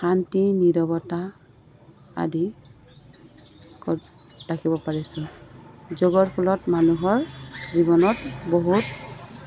শান্তি নিৰৱতা আদি ৰাখিব পাৰিছোঁ যোগৰ ফলত মানুহৰ জীৱনত বহুত